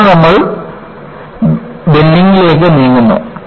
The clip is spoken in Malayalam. തുടർന്ന് നമ്മൾ വളയുന്നതിലേക്ക് ബെൻഡിങ് നീങ്ങുന്നു